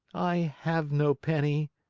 i have no penny,